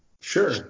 Sure